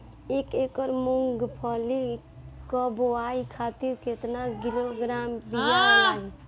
एक एकड़ मूंगफली क बोआई खातिर केतना किलोग्राम बीया लागी?